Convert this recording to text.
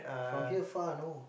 from here far know